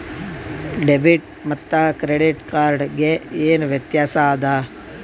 Debit ಮತ್ತ credit card ಗೆ ಏನ ವ್ಯತ್ಯಾಸ ಆದ?